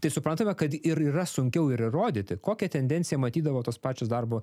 tai suprantame kad ir yra sunkiau ir įrodyti kokią tendenciją matydavo tos pačios darbo